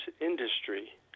industry